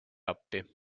appi